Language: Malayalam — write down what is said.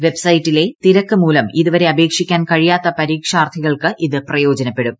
വെബ്സൈറ്റിലെ തിരക്ക് മൂലം ഇതുവരെ അപേക്ഷിക്കാൻ കഴിയാത്ത പരീക്ഷാർത്ഥികൾക്ക് ഇത് പ്രയോജനപ്പെടും